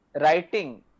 writing